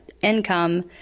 income